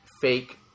fake